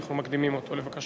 ואנחנו מקדימים אותו לבקשתך.